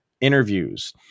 interviews